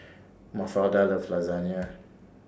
Mafalda loves Lasagna